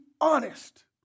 honest